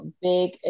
big